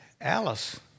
Alice